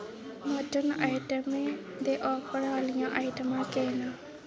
mutton आइटमें दे offer आह्लियां आइटमां केह् न